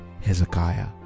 Hezekiah